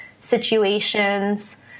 situations